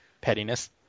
Pettiness